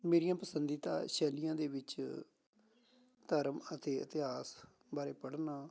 ਮੇਰੀਆਂ ਪਸੰਦੀਦਾ ਸ਼ੈਲੀਆਂ ਦੇ ਵਿੱਚ ਧਰਮ ਅਤੇ ਇਤਿਹਾਸ ਬਾਰੇ ਪੜ੍ਹਨਾ